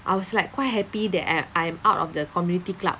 I was like quite happy that I I'm out of the community club